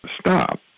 stop